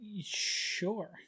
Sure